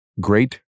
Great